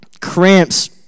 cramps